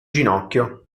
ginocchio